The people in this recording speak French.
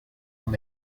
son